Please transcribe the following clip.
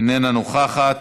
איננה נוכחת,